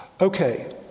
Okay